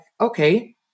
okay